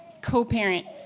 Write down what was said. co-parent